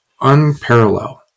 unparalleled